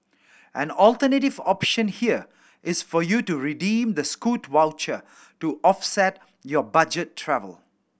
an alternative option here is for you to redeem the Scoot voucher to offset your budget travel